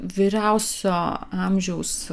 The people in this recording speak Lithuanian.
vyriausio amžiaus